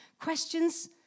questions